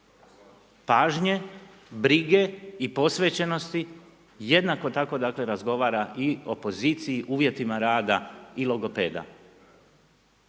pažnje, brige i posvećenosti, jednako tako dakle razgovara i o poziciji uvjetima rada i logopeda,